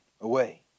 away